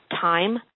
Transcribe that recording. time